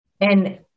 And-